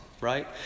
right